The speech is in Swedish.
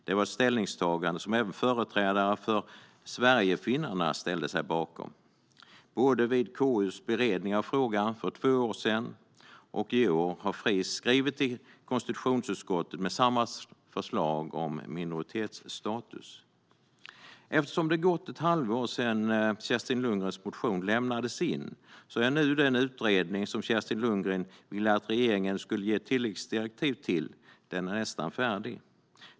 Det var ett ställningstagande som även företrädare för sverigefinnarna ställde sig bakom. Både vid KU:s beredning av frågan för två år sedan och i år har Fris skrivit till konstitutionsutskottet med samma förslag om minoritetsstatus. Eftersom det gått ett halvår sedan Kerstin Lundgrens motion lämnades in är nu den utredning som Kerstin Lundgren ville att regeringen skulle ge tilläggsdirektiv till nästan färdig.